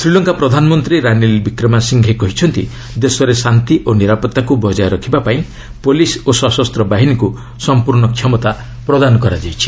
ଶ୍ରୀଲଙ୍କା ପ୍ରଧାନମନ୍ତ୍ରୀ ରାନିଲ୍ ବିକ୍ରମା ସିଂଘେ କହିଛନ୍ତି ଦେଶରେ ଶାନ୍ତି ଓ ନିରାପତ୍ତାକୁ ବଜାୟ ରଖିବା ପାଇଁ ପୋଲିସ୍ ଓ ସଶସ୍ତ ବାହିନୀକୁ ସଂପୂର୍ଣ୍ଣ କ୍ଷମତା ପ୍ରଦାନ କରାଯାଇଛି